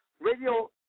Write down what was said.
radio